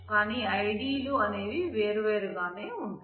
కాని ఐడి లు అనేవి వేర్వేరు గానే ఉంటాయి